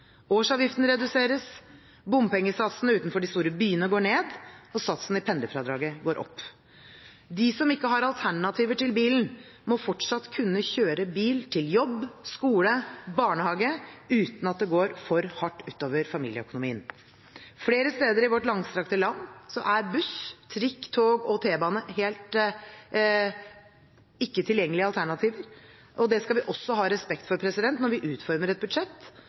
Årsavgiften reduseres, bompengesatsen utenfor de store byene går ned, og satsen i pendlerfradraget går opp. De som ikke har alternativer til bilen, må fortsatt kunne kjøre bil til jobb, skole og barnehage uten at det går for hardt ut over familieøkonomien. Flere steder i vårt langstrakte land er buss, trikk, tog og t-bane ikke tilgjengelige alternativer, og det skal vi også ha respekt for når vi utformer et budsjett